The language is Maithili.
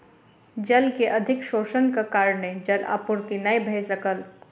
जल के अधिक शोषणक कारणेँ जल आपूर्ति नै भ सकल